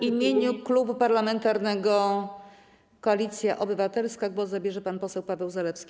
W imieniu Klubu Parlamentarnego Koalicja Obywatelska głos zabierze pan poseł Paweł Zalewski.